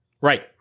Right